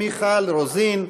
מיכל רוזין,